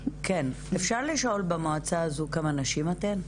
אפשר לשאול במועצה הזאת כמה נשים אתן?